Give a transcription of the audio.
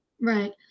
Right